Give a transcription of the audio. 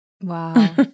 Wow